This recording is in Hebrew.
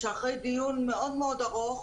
שאחרי דיון מאוד ארוך,